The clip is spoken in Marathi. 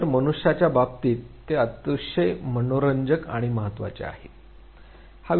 तर मनुष्याच्या बाबतीत ते अतिशय मनोरंजक आणि महत्वाचे आहे